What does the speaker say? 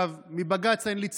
עכשיו, מבג"ץ אין לי ציפיות,